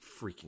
freaking